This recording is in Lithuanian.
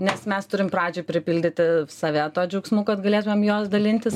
nes mes turim pradžioj pripildyti save tuo džiaugsmu kad galėtumėm juo dalintis